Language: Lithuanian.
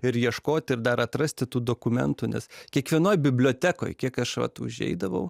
ir ieškoti ir dar atrasti tų dokumentų nes kiekvienoj bibliotekoj kiek aš vat užeidavau